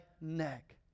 neck